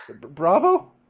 Bravo